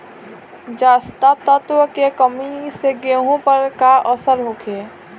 जस्ता तत्व के कमी से गेंहू पर का असर होखे?